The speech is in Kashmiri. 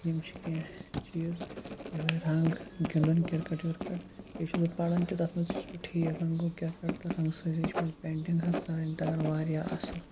یِم چھِ کینٛہہ چیٖز یُہے رَنٛگ گیُندُن کِرکَٹ وِرکَٹ بییٚہِ چھُس بہٕ پَران تہِ تَتھ مَنٛز تہِ چھُس بہٕ ٹھیٖکھ وۄنۍ گوو کرکٹ تہٕ رَنٛگ سٲزی چھِ مےٚ پینٹِنٛگ حظ کَرٕنۍ تَگان واریاہ اَصل